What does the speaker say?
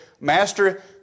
Master